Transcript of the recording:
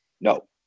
No